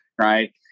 right